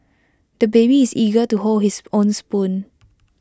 the baby is eager to hold his own spoon